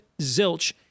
zilch